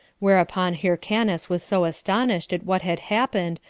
whereupon hyrcanus was so astonished at what had happened,